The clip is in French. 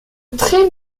très